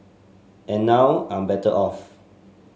and now I'm better off